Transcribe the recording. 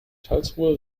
karlsruhe